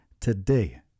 today